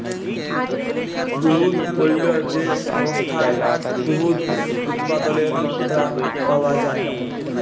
দুহুদ পল্য যে সংস্থায় দুহুদ উৎপাদলের মাত্রা পাউয়া যায়